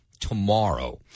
tomorrow